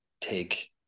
take